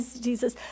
Jesus